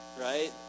right